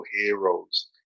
heroes